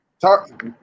talk